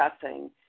discussing